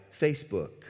Facebook